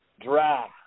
Dry